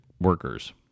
workers